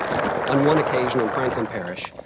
on one occasion, in franklin parish,